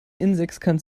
innensechskant